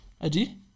Adi